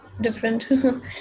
different